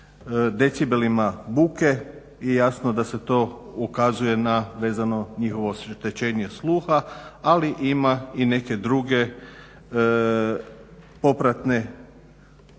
decibelima buke i jasno da sve to ukazuje na vezano njihovo oštećenje sluha. Ali ima i neke druge popratne